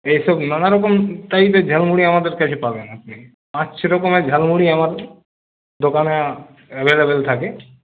এইসব নানা রকম টাইপের ঝালমুড়ি আমাদের কাছে পাবেন আপনি পাঁচ ছয় রকমের ঝালমুড়ি আমার দোকানে অ্যাভেলেবেল থাকে